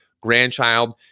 grandchild